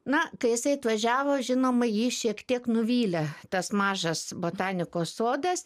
na kai jisai atvažiavo žinoma jį šiek tiek nuvylė tas mažas botanikos sodas